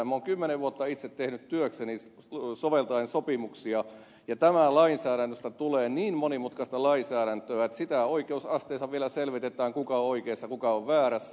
minä olen kymmenen vuotta itse työkseni soveltanut sopimuksia ja tästä lainsäädännöstä tulee niin monimutkaista lainsäädäntöä että sitä oikeusasteessa vielä selvitetään kuka on oikeassa ja kuka on väärässä